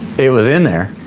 it was in there,